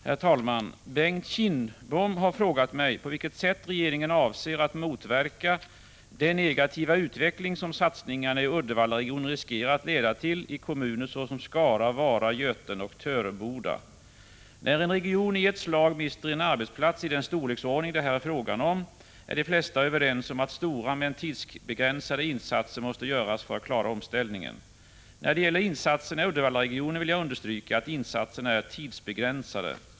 Herr talman! Bengt Kindbom har frågat mig på vilket sätt regeringen avser att motverka den negativa utveckling som satsningarna i Uddevallaregionen riskerar att leda till i kommuner såsom Skara, Vara, Götene och Töreboda. När en region i ett slag mister en arbetsplats i den storleksordning det här är fråga om, är de flesta överens om att stora men tidsbegränsade insatser måste göras för att klara omställningen. När det gäller insatserna i Uddevallaregionen vill jag understryka att insatserna är tidsbegränsade.